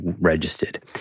registered